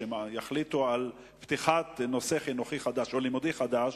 כשיחליטו על פתיחת נושא חינוכי חדש או לימודי חדש,